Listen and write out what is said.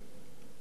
אז מה יקרה?